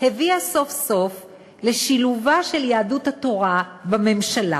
הביאה סוף-סוף לשילובה של יהדות התורה בממשלה.